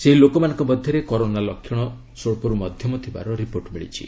ସେହି ଲୋକମାନଙ୍କ ମଧ୍ୟରେ କରୋନା ଲକ୍ଷଣ ସ୍ୱଚ୍ଚର୍ତ୍ତ ମଧ୍ୟମ ଥିବାର ରିପୋର୍ଟ ମିଳିଛି